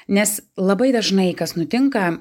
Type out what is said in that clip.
nes labai dažnai kas nutinka